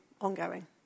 ongoing